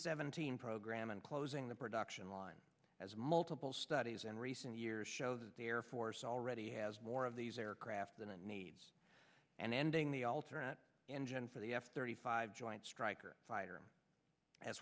seventeen program and closing the production line as multiple studies in recent years show that the air force already has more of these aircraft than it needs and ending the alternate engine for the f thirty five joint strike fighter as